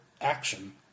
action